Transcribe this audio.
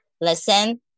listen